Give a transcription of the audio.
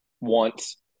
wants